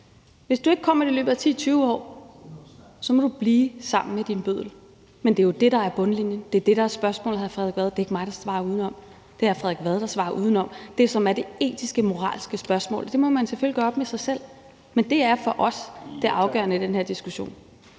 Hvis du ikke kommer det i løbet af 10-20 år, må du blive sammen med din bøddel. Men det er jo det, der er bundlinjen. Det er det, der er spørgsmålet, hr. Frederik Vad. Det er ikke mig, der svarer udenom. Det er hr. Frederik Vad, der svarer udenom. Det, som er det etiske, moralske spørgsmål, må man selvfølgelig gøre op med sig selv. Men det er for os det afgørende i den her diskussion.